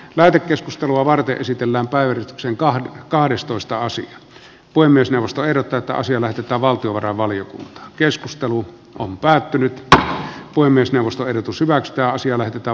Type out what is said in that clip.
lähetekeskustelua varten esitellään päivä sen kahden kahdestoista asia voi myös nousta erotetta asia lähetetään valtiovarainvaliokuntaan keskustelu on päättynyt tähti puhemiesneuvosto erotu selväks tää asia lähetetään